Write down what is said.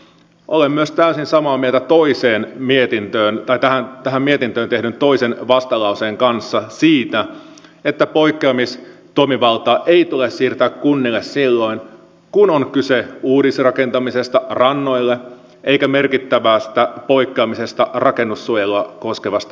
olen myös täysin samaa mieltä tähän mietintöön tehdyn toisen vastalauseen kanssa siitä että poikkeamistoimivaltaa ei tule siirtää kunnille silloin kun on kyse uudisrakentamisesta rannoille tai merkittävästä poikkeamisesta rakennussuojelua koskevasta kaavamääräyksestä